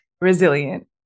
resilient